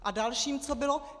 A dalším co bylo.